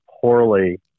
poorly